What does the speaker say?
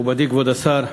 מכובדי כבוד השר,